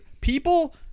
people